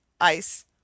ice